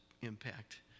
impact